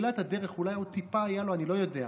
בתחילת הדרך אולי עוד טיפה היה לו, אני לא יודע,